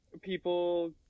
people